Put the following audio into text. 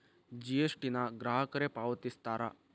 GST ನ ಗ್ರಾಹಕರೇ ಪಾವತಿಸ್ತಾರಾ